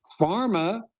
Pharma